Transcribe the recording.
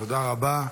תודה רבה.